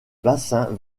bassin